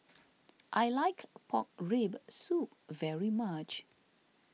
I like Pork Rib Soup very much